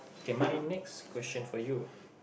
okay my next question for you